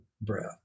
breath